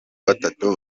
batatu